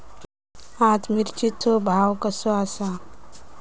आज मिरचेचो भाव कसो आसा?